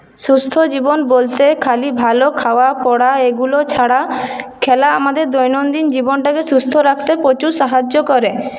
সুস্থ জীবন বলতে খালি ভালো খাওয়া পড়া এগুলো ছাড়া খেলা আমাদের দৈনন্দিন জীবনটাকে সুস্থ রাখতে প্রচুর সাহায্য করে